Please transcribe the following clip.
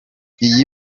iyi